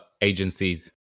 agencies